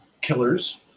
Killers